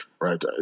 right